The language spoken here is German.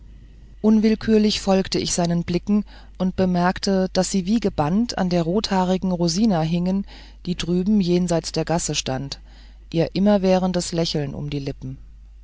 unwillkürlich folgte ich seinen blicken und bemerkte daß sie wie gebannt an der rothaarigen rosina hingen die drüben jenseits der gasse stand ihr immerwährendes lächeln um die lippen